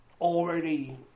already